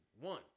One